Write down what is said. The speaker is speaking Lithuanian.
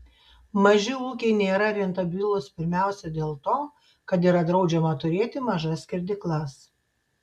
maži ūkiai nėra rentabilūs pirmiausia dėl to kad yra draudžiama turėti mažas skerdyklas